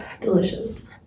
Delicious